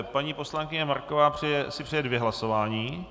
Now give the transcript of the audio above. Paní poslankyně Marková si přeje dvě hlasování.